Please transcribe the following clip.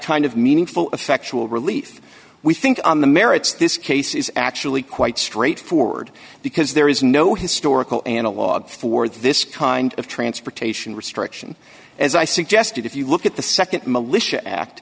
kind of meaningful effectual relief we think on the merits this case is actually quite straightforward because there is no historical analog for this kind of transportation restriction as i suggested if you look at the nd militia act